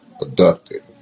abducted